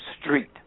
Street